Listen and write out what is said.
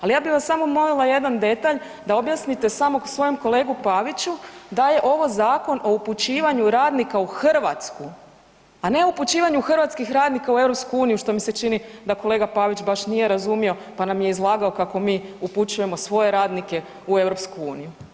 Ali ja bih vas samo molila jedan detalj da objasnite samo svojem kolegu Paviću, da je ovo Zakon o upućivanju radnika u Hrvatsku, a ne upućivanju hrvatskih radnika u EU, što mi se čini da kolega Pavić baš nije razumio pa nam je izlagao kako mi upućujemo svoje radnike u EU.